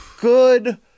Good